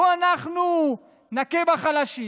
בואו אנחנו נכה בחלשים,